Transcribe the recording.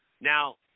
Now